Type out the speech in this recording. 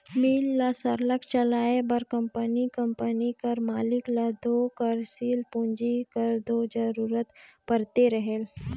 मील ल सरलग चलाए बर कंपनी कंपनी कर मालिक ल दो कारसील पूंजी कर दो जरूरत परते रहेल